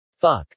Fuck